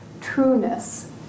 trueness